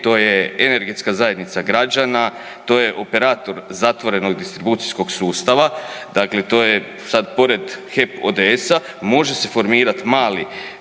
to je energetska zajednica građana, to je operator zatvorenog distribucijskog sustava, dakle to je sad pored HEP ODS-a može se formirat mali